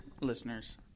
listeners